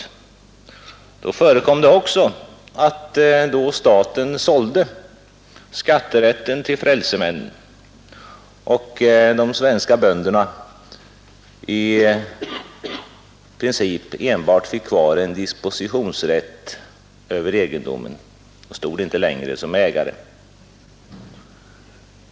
Då förekom det också att staten sålde skatterätten till frälsemän och att de svenska bönderna i princip enbart fick kvar en dispositionsrätt över egendomen — de stod inte längre som ägare.